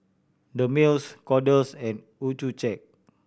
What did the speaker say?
Dermale Kordel's and Accucheck